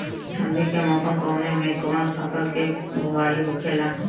ठंडी के मौसम कवने मेंकवन फसल के बोवाई होखेला?